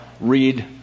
Read